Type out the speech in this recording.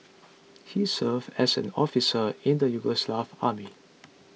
he served as an officer in the Yugoslav army